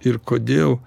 ir kodėl